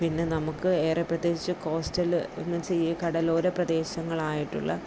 പിന്നെ നമുക്ക് ഏറെ പ്രത്യേകിച്ച് കോസ്റ്റല് മീൻസ് ഈ കടലോര പ്രദേശങ്ങളായിട്ടുള്ള